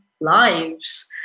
lives